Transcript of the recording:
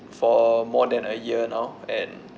for more than a year now and